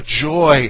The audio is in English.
joy